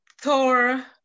Thor